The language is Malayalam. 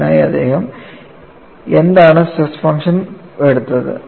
ഇതിനായി അദ്ദേഹം എന്താണ് സ്ട്രെസ് ഫംഗ്ഷൻ എടുത്തത്